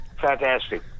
fantastic